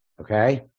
Okay